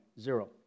Zero